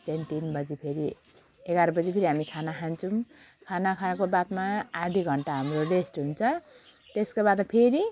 त्यहाँदेखि तिन बजी फेरि एघार बजी फेरि हामी खाना खान्छौँ खाना खाएको बादमा आधी घन्टा हाम्रो रेस्ट हुन्छ त्यसको बादमा फेरि